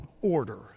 order